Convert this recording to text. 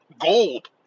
gold